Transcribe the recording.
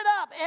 up